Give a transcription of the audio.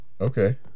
Okay